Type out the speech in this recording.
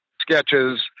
sketches